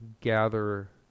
gather